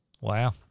Wow